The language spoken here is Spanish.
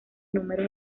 números